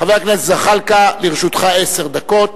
חבר הכנסת זחאלקה, לרשותך עשר דקות.